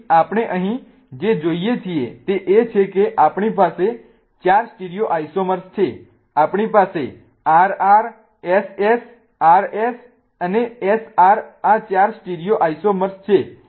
તેથી આપણે અહીં જે જોઈએ છીએ તે એ છે કે આપણી પાસે 4 સ્ટીરિયોઆઈસોમર્સ છે આપણી પાસે RR SS RS અને SR આ 4 સ્ટીરિયોઈસોમર્સ છે